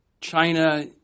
China